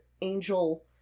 Angel